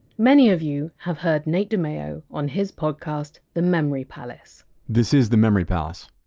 many of you have heard nate dimeo on his podcast the memory palace this is the memory palace.